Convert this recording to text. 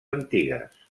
antigues